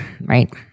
right